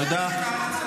תודה.